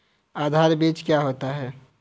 आधार बीज क्या होता है?